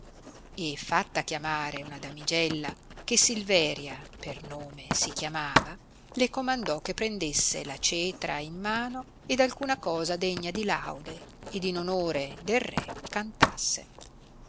e fatta chiamare una damigella che silveria per nome si chiamava le comandò che prendesse la cetra in mano ed alcuna cosa degna di laude ed in onore del re cantasse